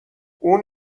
اون